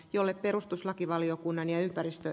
jolle perustuslakivaliokunnan ja ympäristö